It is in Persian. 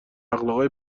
اخلاقای